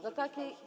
No, takiej.